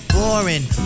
Boring